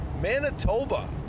Manitoba